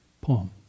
Poem